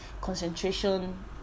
concentration